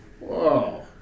Whoa